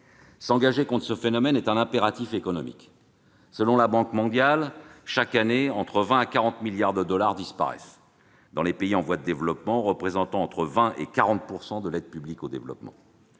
S'engager contre ce phénomène est un impératif économique. Selon la Banque mondiale, chaque année, entre 20 et 40 milliards de dollars disparaissent dans les pays en voie de développement, soit l'équivalent de 20 % à 40 % de l'aide publique au développement.